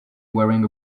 wearing